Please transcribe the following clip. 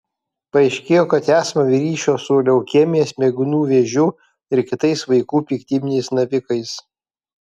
paaiškėjo kad esama ryšio su leukemija smegenų vėžiu ir kitais vaikų piktybiniais navikais